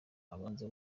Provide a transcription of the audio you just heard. abanza